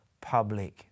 public